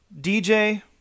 DJ